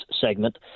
segment